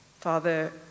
Father